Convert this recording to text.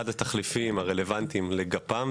אחד התחליפים הרלוונטיים לגפ"מ,